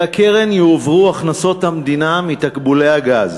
אל הקרן יועברו הכנסות המדינה מתקבולי הגז,